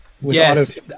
Yes